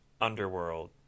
underworld